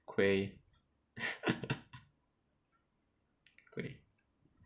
kueh kueh